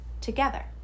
together